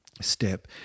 step